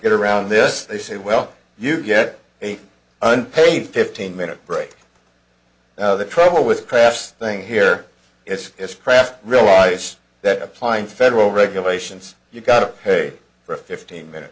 get around this they say well you get an unpaid fifteen minute break the trouble with craft thing here it's it's craft realize that applying federal regulations you gotta pay for a fifteen minute